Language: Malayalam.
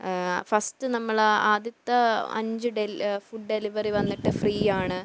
ഫസ്റ്റ് നമ്മൾ ആദ്യത്തെ അഞ്ച് ഡെ ഫുഡ് ഡെലിവറി വന്നിട്ട് ഫ്രീയാണ്